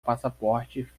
passaporte